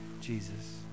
Jesus